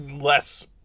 less